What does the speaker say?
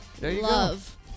love